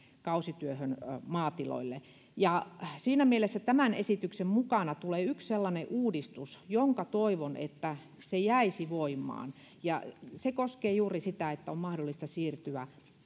kausityöhön maatiloille ja tämän esityksen mukana tulee yksi sellainen uudistus josta toivon että se jäisi voimaan ja se koskee juuri sitä että on mahdollista siirtyä